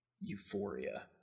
euphoria